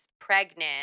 pregnant